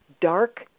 dark